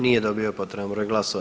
Nije dobio potreban broj glasova.